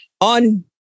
on